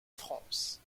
france